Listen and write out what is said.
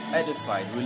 edified